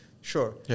Sure